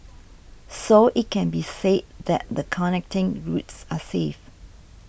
so it can be said that the connecting routes are safe